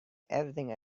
everything